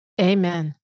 amen